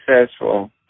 successful